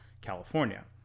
California